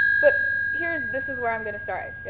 but here's, this is where i'm gonna start,